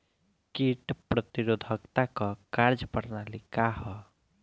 कीट प्रतिरोधकता क कार्य प्रणाली का ह?